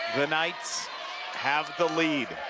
the knights have the lead.